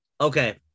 Okay